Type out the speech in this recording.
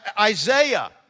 Isaiah